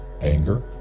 anger